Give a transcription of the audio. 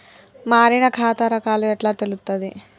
మారిన ఖాతా రకాలు ఎట్లా తెలుత్తది?